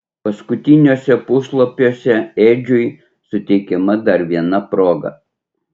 paskutiniuose puslapiuose edžiui suteikiama dar viena proga